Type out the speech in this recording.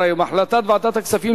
ועדת הכלכלה